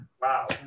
Wow